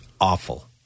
awful